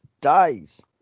dies